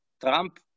Trump